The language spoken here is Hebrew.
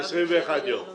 21 יום.